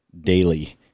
daily